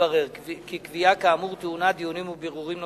התברר כי קביעה כאמור טעונה דיונים ובירורים נוספים.